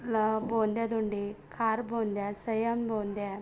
ಲಾ ಬೊಂದ್ಯದ್ ಉಂಡಿ ಖಾರ ಬೊಂದ್ಯ ಸೈಯಾಮ್ ಬೊಂದ್ಯ